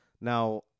Now